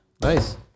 Nice